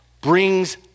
brings